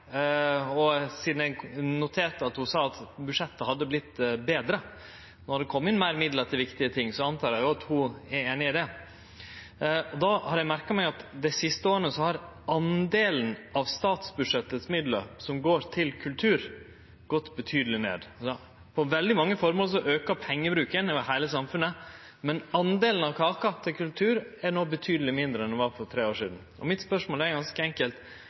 inn fleire midlar til viktige ting – antek eg at ho er einig i det. Eg har merka meg at dei siste åra har delen av midlane på statsbudsjettet som har gått til kultur, gått betydeleg ned. For veldig mange føremål aukar pengebruken i heile samfunnet, men delen av kaka til kultur er no betydeleg mindre enn ho var for tre år sidan. Spørsmålet mitt er ganske enkelt: